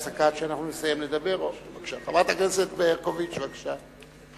חברת הכנסת ברקוביץ, בבקשה.